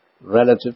relative